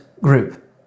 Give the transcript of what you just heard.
group